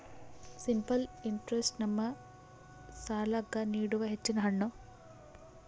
simple interest ನಮ್ಮ ಸಾಲ್ಲಾಕ್ಕ ನೀಡುವ ಹೆಚ್ಚಿನ ಹಣ್ಣ